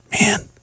Man